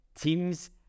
teams